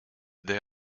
they